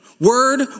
Word